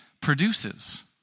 produces